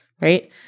right